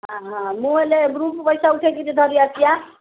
ହଁ ମୁଁ ହେଲେ ଗ୍ରୁପ୍ ପଇସା ଉଠେଇକିରି ଧରି ଆସିଛି ବା